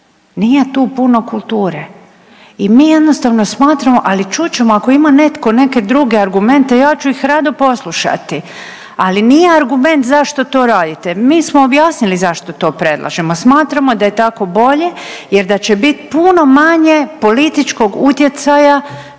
Nije tu puno kulture. I mi jednostavno smatramo, ali čuti ćemo ako ima netko neke druge argumente ja ću ih različito poslušati, ali nije argument zašto to radite. Mi smo objasnili zašto to predlažemo, smatramo da je tako bolje jer da će biti puno manje političkog utjecaja